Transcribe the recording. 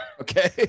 okay